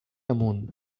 amunt